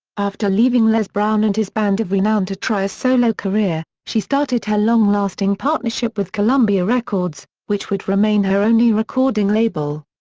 after leaving les brown and his band of renown to try a solo career, she started her long-lasting partnership with columbia records, which would remain her only recording label.